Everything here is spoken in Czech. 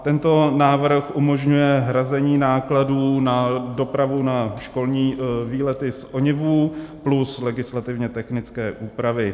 Tento návrh umožňuje hrazení nákladů na dopravu na školní výlety z ONIV plus legislativně technické úpravy.